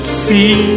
see